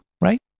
right